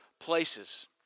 places